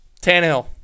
Tannehill